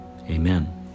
Amen